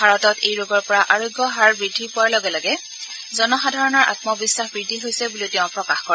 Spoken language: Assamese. ভাৰতত এই ৰোগৰ পৰা আৰোগ্যৰ হাৰ বৃদ্ধি পোৱাৰ লগে লগে জনসাধাৰণে আমবিশ্বাস বৃদ্ধি হৈছে বুলিও তেওঁ প্ৰকাশ কৰে